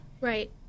Right